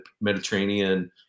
Mediterranean